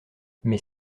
mais